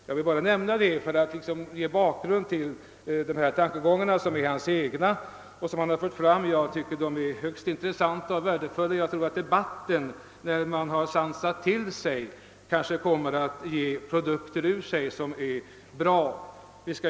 Jag vill bara nämna detta för att ge bakgrunden till dessa tankar, som är hans egna. Jag tycker de är högst intressanta, och jag tror att debatten, när man har sansat sig, kommer att ge produkter som är värdefulla.